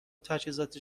تجهیزات